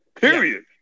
period